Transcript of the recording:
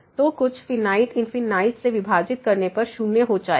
तो कुछ फिनाइट से विभाजित करने पर 0हो जाएगा